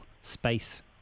space